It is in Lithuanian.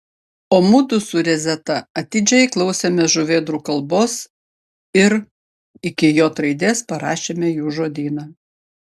o mudu su rezeta atidžiai klausėmės žuvėdrų kalbos ir iki j raidės parašėme jų žodyną